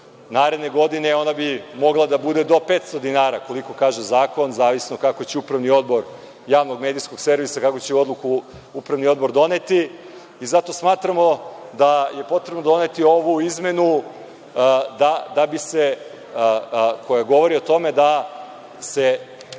Naredne godine ona bi mogla da bude do 500 dinara, koliko kaže zakon, zavisno kako će upravni odbor javnog medijskog servisa odlučiti. Zato smatramo da je potrebno doneti ovu izmenu koja govori o tome da se